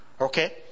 Okay